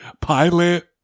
Pilot